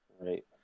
Right